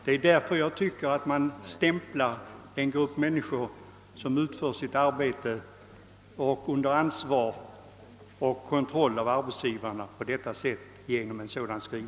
Det är därför jag anser att man stämplar en grupp människor, som utför sitt arbete under ansvar och under arbetsgivarnas kontroll, genom en sådan skrivning.